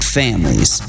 families